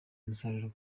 umusaruro